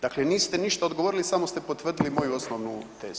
Dakle, niste ništa odgovorili samo ste potvrdili moju osnovnu tezu.